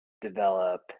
develop